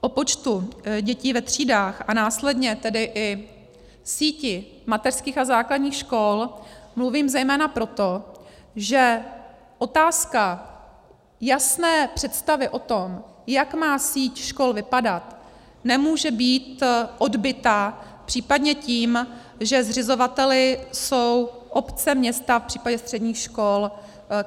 O počtu dětí ve třídách, a následně tedy i síti mateřských a základních škol mluvím zejména proto, že otázka jasné představy o tom, jak má síť škol vypadat, nemůže být odbyta případně tím, že zřizovateli jsou obce, města, v případě středních škol